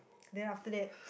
then after that